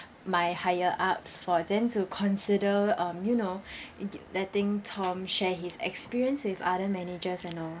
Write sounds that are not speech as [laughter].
my higher ups for them to consider um you know [breath] [noise] letting tom shared his experience with other managers and all